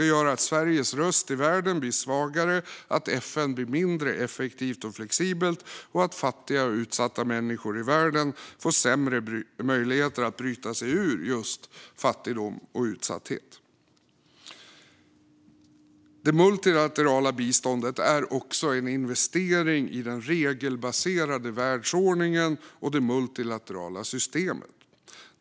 Det gör att Sveriges röst i världen blir svagare, att FN blir mindre effektivt och flexibelt och att fattiga och utsatta människor i världen får sämre möjligheter att bryta sig ur just fattigdom och utsatthet. Det multilaterala biståndet är också en investering i den regelbaserade världsordningen och det multilaterala systemet.